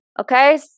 Okay